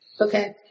Okay